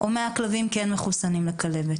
או 100 כלבים כן מחוסנים לכלבת?